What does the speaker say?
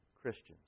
Christians